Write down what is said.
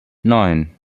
neun